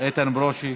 איתן ברושי,